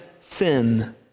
sin